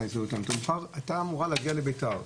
שלו בגלל ההפגנה, היא הייתה אמורה להגיע לבית"ר,